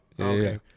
Okay